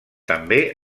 també